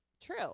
true